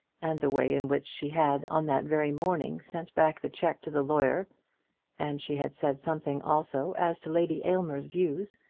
and the way in which she had on that very morning sent back the cheque to the lawyer and she had said something also as to lady aylmer's views,